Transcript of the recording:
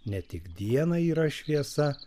ne tik dieną yra šviesa